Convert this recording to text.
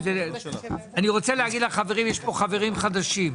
יש פה חברים חדשים.